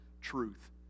truth